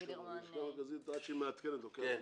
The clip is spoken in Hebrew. הלשכה המרכזית עד שהיא מעדכנת, לוקח זמן.